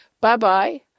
Bye-bye